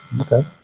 Okay